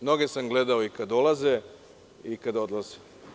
Mnoge sam gledao i kada dolaze i kada odlaze.